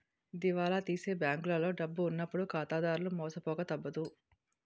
దివాలా తీసే బ్యాంకులో డబ్బు ఉన్నప్పుడు ఖాతాదారులు మోసపోక తప్పదు